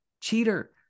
cheater